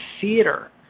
theater